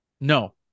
No